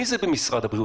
מי זה במשרד הבריאות?